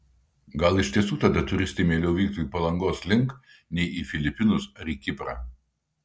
gal iš tiesų tada turistai mieliau vyktų palangos link nei į filipinus ar į kiprą